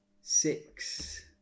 six